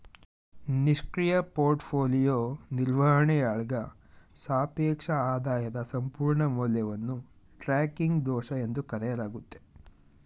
ನಿಷ್ಕ್ರಿಯ ಪೋರ್ಟ್ಫೋಲಿಯೋ ನಿರ್ವಹಣೆಯಾಳ್ಗ ಸಾಪೇಕ್ಷ ಆದಾಯದ ಸಂಪೂರ್ಣ ಮೌಲ್ಯವನ್ನು ಟ್ರ್ಯಾಕಿಂಗ್ ದೋಷ ಎಂದು ಕರೆಯಲಾಗುತ್ತೆ